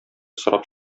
сорап